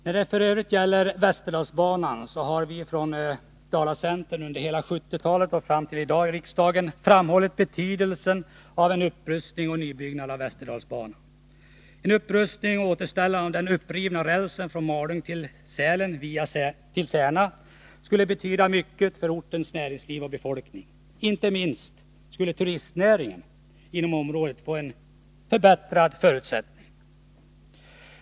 När det f. ö. gäller västerdalsbanan har vi från Dalacentern under hela 1970-talet och fram till i dag i riksdagen framhållit betydelsen av upprustning och nybyggnad av västerdalsbanan. En upprustning och ett återställande av den upprivna rälsen från Malung till Sälen och Särna skulle betyda mycket för ortens näringsliv och befolkning. Inte minst skulle turistnäringen inom området få bättre förutsättningar.